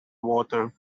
water